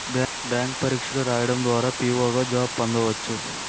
bank పరీక్షలు రాయడం ద్వారా పిఓ గా జాబ్ పొందవచ్చు